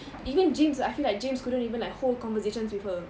even james I feel like james couldn't even like hold conversations with her